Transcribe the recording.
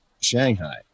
Shanghai